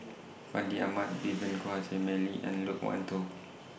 Fandi Ahmad Vivien Quahe Seah Mei Lin and Loke Wan Tho